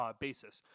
basis